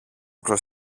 προς